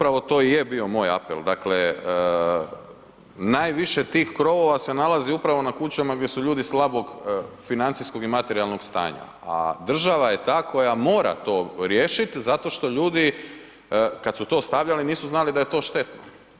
Pa upravo to i je bio moj apel, dakle najviše tih krovova se nalazi upravo na kućama gdje su ljudi slabog financijskog i materijalnog stanja a država je ta koja mora to riješiti zato što ljudi kad su to stavljali nisu znali da je to štetno.